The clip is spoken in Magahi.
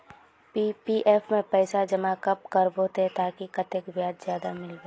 पी.पी.एफ में पैसा जमा कब करबो ते ताकि कतेक ब्याज ज्यादा मिलबे?